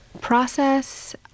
Process